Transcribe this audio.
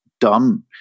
done